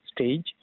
stage